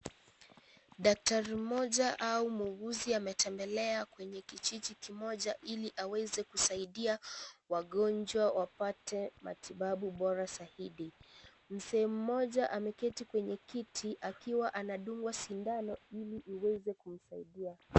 Daktari mmoja au muuguzi ametembelea kwenye kijiji kimoja ili aweze kusaidia wagonjwa wapate matibabu bora zaidi. Mzee mmoja ameketi kwenye kiti akiwa anadungwa sindano ili iweze kumsaidia.